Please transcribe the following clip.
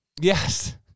Yes